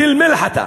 בתל-מלחתה.